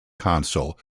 council